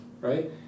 right